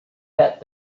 that